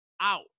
out